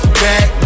back